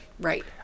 Right